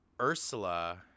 Ursula